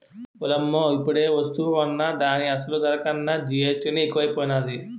ఓలమ్మో ఇప్పుడేవస్తువు కొన్నా దాని అసలు ధర కన్నా జీఎస్టీ నే ఎక్కువైపోనాది